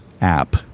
app